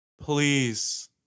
please